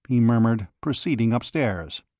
he murmured, proceeding upstairs.